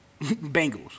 Bengals